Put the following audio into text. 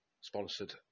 sponsored